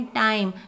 time